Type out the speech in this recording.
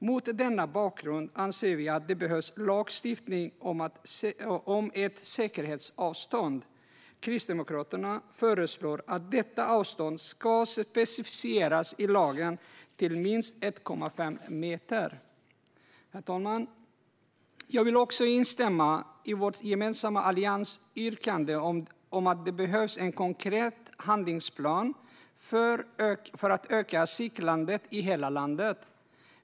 Mot denna bakgrund anser vi att det behövs lagstiftning om ett säkerhetsavstånd. Kristdemokraterna föreslår att detta avstånd ska specificeras i lagen till minst en och en halv meter. Herr talman! Jag vill också instämma i vårt gemensamma alliansyrkande om att det behövs en konkret handlingsplan för att öka cyklandet i hela landet.